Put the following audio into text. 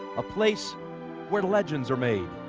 a place where legends are made,